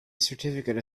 certificate